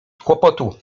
kłopotu